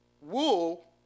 wool